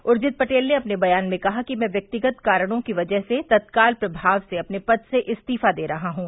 उर्जित पटेल ने अपने बयान में कहा कि मैं व्यक्तिगत कारणों की वजह से तत्काल प्रभाव से अपने पद से इस्तीफा दे रहा हूँ